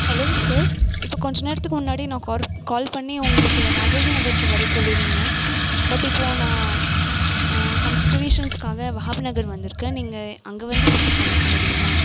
hello sir இப்போ கொஞ்ச நேரத்துக்கு முன்னாடி நான் கார் கால் பண்ணி உங்களுக்கு ராஜாஜி நகருக்கு வர சொல்லியிருந்தேன் பட் இப்போ நான் சம் சுச்சிவேஷன்ஸ்க்காக வஹாப் நகர் வந்துயிருக்கேன் நீங்கள் அங்கே வந்து பிக்கப் பண்ணிக்க முடியுமா